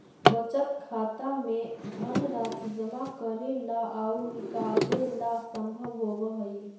बचत खाता में धनराशि जमा करेला आउ निकालेला संभव होवऽ हइ